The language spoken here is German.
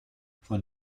von